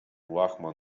łachman